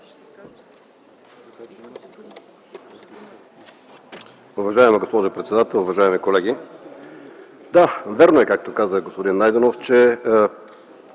Уважаема госпожо председател, уважаеми колеги! Да, вярно е, както каза господин Найденов, че